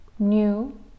new